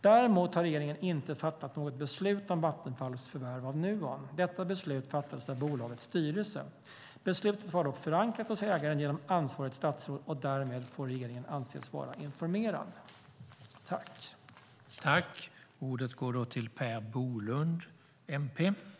Däremot har regeringen inte fattat något beslut om Vattenfalls förvärv av Nuon. Detta beslut fattades av bolagets styrelse. Beslutet var dock förankrat hos ägaren genom ansvarigt statsråd, och därmed får regeringen anses informerad. Då Jennie Nilsson, som framställt interpellation 2012/13:278, anmält att hon var förhindrad att närvara vid sammanträdet medgav tredje vice talmannen att Eva-Lena Jansson i stället fick delta i överläggningen.